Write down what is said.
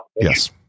yes